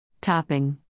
Topping